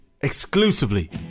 exclusively